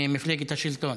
ממפלגת השלטון.